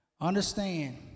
Understand